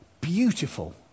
beautiful